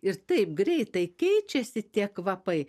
ir taip greitai keičiasi tie kvapai